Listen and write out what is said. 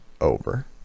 over